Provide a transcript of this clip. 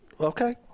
Okay